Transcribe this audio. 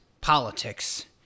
politics